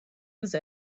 lose